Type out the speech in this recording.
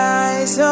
eyes